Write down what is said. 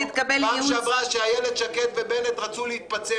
כשהייתי פה בפעם שעברה כשאיילת שקד ובנט רצו להתפצל